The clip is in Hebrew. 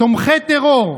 תומכי טרור,